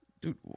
dude